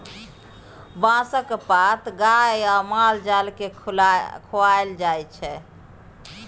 बाँसक पात गाए आ माल जाल केँ खुआएल जाइ छै